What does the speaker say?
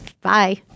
bye